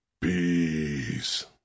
peace